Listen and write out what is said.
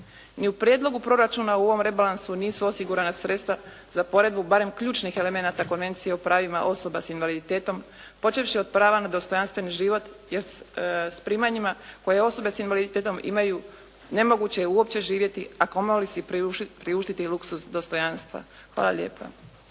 Ni u prijedlogu proračuna u ovom rebalansu nisu osigurana sredstva za provedbu barem ključnih elemenata Konvencije o pravima osoba s invaliditetom počevši od prava na dostojanstveni život jer s primanjima koje osobe s invaliditetom imaju nemoguće je uopće živjeti, a kamoli si priuštiti luksuz dostojanstva. Hvala lijepa.